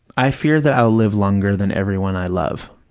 i fear that i'll live longer than everyone i love.